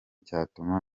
cyatuma